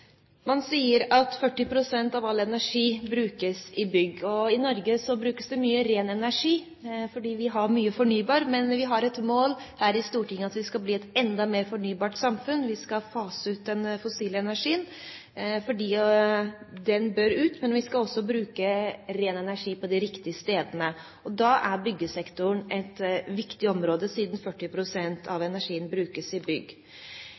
Man sier at 40 pst. av all energi brukes i bygg. I Norge brukes det mye ren energi, fordi vi har mye fornybar. Men vi har et mål her i Stortinget om at vi skal bli et enda mer fornybart samfunn. Vi skal fase ut den fossile energien, fordi den bør ut. Men vi skal også bruke ren energi på de riktige stedene. Da er byggsektoren et viktig område, siden 40 pst. av energien brukes i bygg.